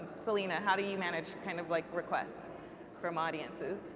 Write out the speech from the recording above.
selena, how do you manage kind of like requests from audiences?